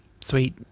sweet